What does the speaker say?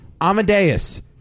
Amadeus